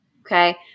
Okay